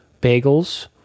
bagels